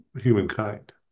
humankind